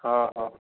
ହଁ ହଁ